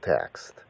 text